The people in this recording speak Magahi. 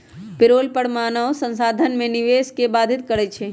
पेरोल कर मानव संसाधन में निवेश के बाधित करइ छै